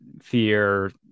fear